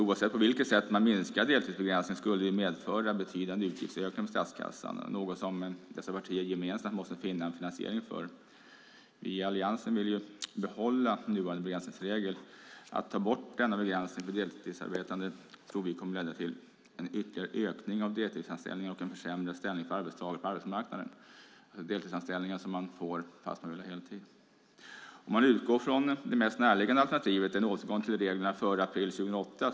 Oavsett på vilket sätt man minskar deltidsbegränsningen skulle det medföra betydande utgiftsökningar i statskassan, något dessa partier gemensamt måste finna en finansiering för. I Alliansen vill vi behålla nuvarande begränsningsregel. Att ta bort denna begränsning för deltidsarbetande tror vi kommer att leda till en ytterligare ökning av deltidsanställningar och en försämrad ställning för arbetstagare på arbetsmarknaden. Det är deltidsanställningar man får fast man vill ha heltid. Låt oss utgå från det mest näraliggande alternativet, en återgång till reglerna för april 2008.